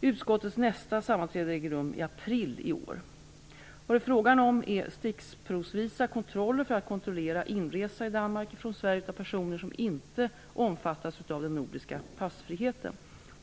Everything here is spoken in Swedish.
Utskottets nästa sammanträde äger rum i april i år. Det är fråga om stickprovsvisa kontroller för att kontrollera inresa i Danmark från Sverige av personer som inte omfattas av den nordiska passfriheten.